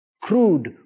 crude